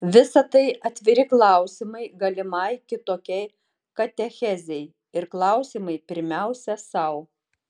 visa tai atviri klausimai galimai kitokiai katechezei ir klausimai pirmiausia sau